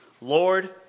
Lord